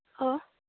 hello